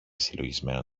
συλλογισμένο